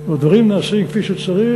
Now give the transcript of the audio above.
והדברים נעשים כפי שצריך,